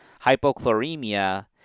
hypochloremia